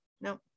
no